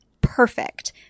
perfect